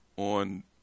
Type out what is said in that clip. On